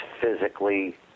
physically